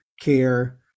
care